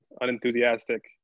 unenthusiastic